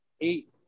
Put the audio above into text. eight